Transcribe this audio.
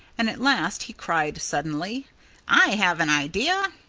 and at last he cried suddenly i have an idea!